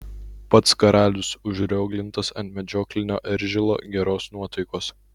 pats karalius užrioglintas ant medžioklinio eržilo geros nuotaikos